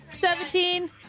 seventeen